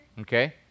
okay